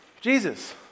Jesus